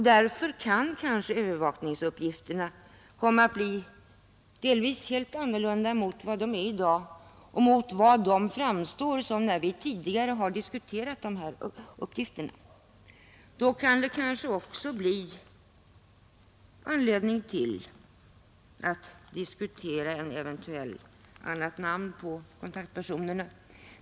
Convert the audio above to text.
Därför kan kanske övervakningsuppgifterna komma att bli delvis helt annorlunda än de är i dag och än vad de framstått som när vi tidigare har diskuterat dem. Då kan det kanske också bli anledning att diskutera ett eventuellt annat namn på kontaktpersonerna.